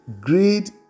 Greed